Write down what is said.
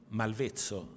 malvezzo